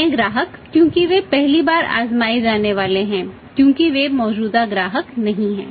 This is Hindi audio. नए ग्राहक क्योंकि वे पहली बार आजमाए जाने वाले हैं क्योंकि वे मौजूदा ग्राहक नहीं हैं